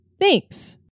Thanks